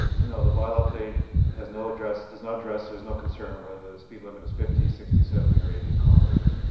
no, the bylaw today has no address does not address there's no concern whether the speed limit is fifty, sixty, seventy or eighty kilometres.